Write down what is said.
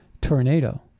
tornado